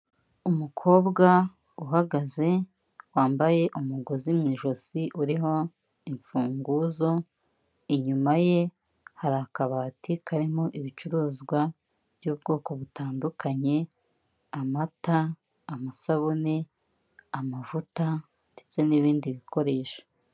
Umukobwa uhagaze wambaye umugozi mu ijosi uriho imfunguzo, inyuma ye hari akabati karimo ibicuruzwa by'ubwoko butandukanye, amata, amasabune, amavuta, ndetse n'ibindi bikoresho.